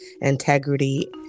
integrity